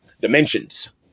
dimensions